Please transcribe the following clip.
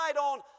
on